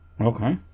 Okay